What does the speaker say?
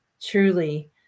truly